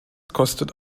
kostet